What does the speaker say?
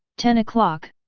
ten o'clock.